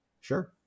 Sure